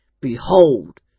Behold